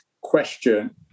question